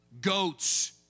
goats